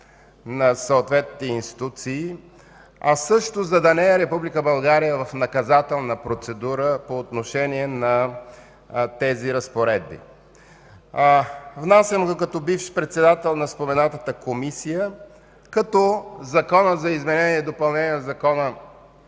на съответните институции, а също и Република България да не е в наказателна процедура по отношение на тези разпоредби. Внасям го като бивш председател на споменатата Комисия, като Закон за изменение и допълнение на